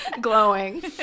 Glowing